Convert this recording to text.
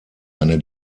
eine